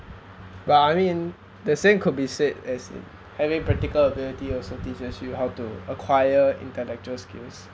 like I mean the same could be said as in having practical ability also teaches you how to acquire intellectual skills